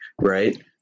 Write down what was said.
Right